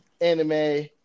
anime